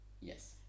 Yes